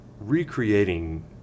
recreating